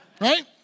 right